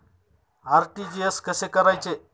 RTGS कसे करायचे?